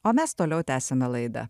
o mes toliau tęsiame laidą